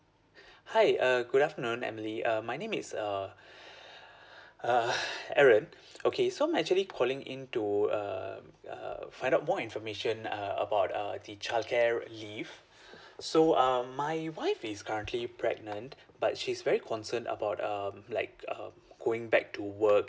hi uh good afternoon emily uh my name is uh err aaron okay so I'm actually calling in to err uh find out more information uh about uh the childcare leave so uh my wife is currently pregnant but she is very concern about um like uh going back to work